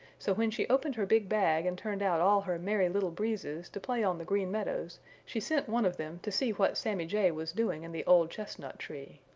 so when she opened her big bag and turned out all her merry little breezes to play on the green meadows she sent one of them to see what sammy jay was doing in the old chestnut tree.